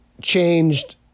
changed